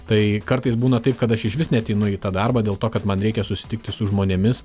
tai kartais būna taip kad aš išvis neateinu į tą darbą dėl to kad man reikia susitikti su žmonėmis